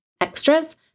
extras